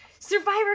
Survivor